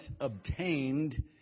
obtained